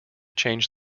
change